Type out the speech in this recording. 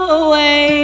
away